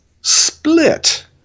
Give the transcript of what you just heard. Split